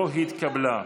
לא התקבלה.